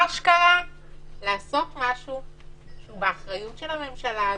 אשכרה לעשות משהו שהוא באחריות של הממשלה הזאת,